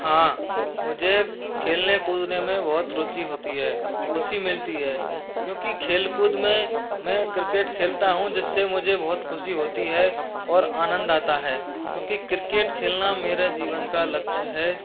हाँ मुझे खेलने कूदने में बहुत रूचि होती है खुशी मिलती है क्योंकि खेलकूद में मैं क्रिकेट खेलता हूँ जिससे मुझे बहुत खुशी होती है और आनंद आता है क्योंकि क्रिकेट खेलना मेरे जीवन का लक्ष्य है